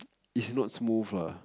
it's not smooth lah